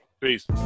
Peace